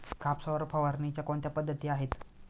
कापसावर फवारणीच्या कोणत्या पद्धती आहेत?